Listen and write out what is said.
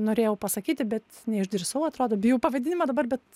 norėjau pasakyti bet neišdrįsau atrodo bijau pavadinimą dabar bet